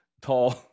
tall